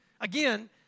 Again